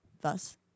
thus